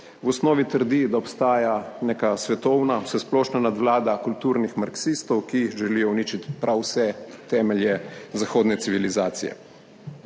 V osnovi trdi, da obstaja neka svetovna vsesplošna nadvlada kulturnih marksistov, ki želijo uničiti prav vse temelje zahodne civilizacije.